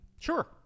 Sure